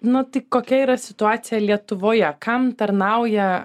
na tai kokia yra situacija lietuvoje kam tarnauja